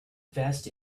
vest